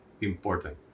important